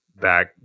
back